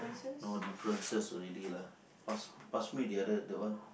no differences already lah pass pass me the other that one